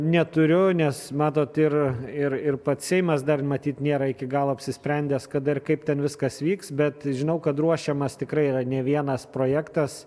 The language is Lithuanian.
neturiu nes matot ir ir ir pats seimas dar matyt nėra iki galo apsisprendęs kada ir kaip ten viskas vyks bet žinau kad ruošiamas tikrai yra ne vienas projektas